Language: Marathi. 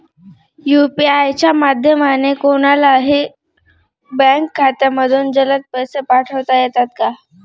यू.पी.आय च्या माध्यमाने कोणलाही बँक खात्यामधून जलद पैसे पाठवता येतात का?